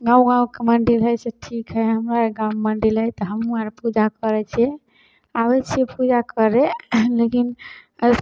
गाँव गाँवके मन्डिल हइ से ठीक हइ हमरा गाँवमे मन्डिल हइ तऽ हमहूँ आर पूजा करै छिए आबै छिए पूजा करै लेकिन